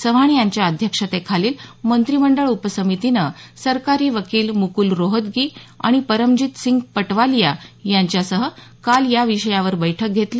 चव्हाण यांच्या अधक्षतेखालील मंत्रीमंडळ उपसमितीनं सरकारी वकील मुक्ल रोहतगी आणि परमजितसिंग पटवालिया यांच्यासह काल या विषयावर बैठक घेतली